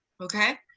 okay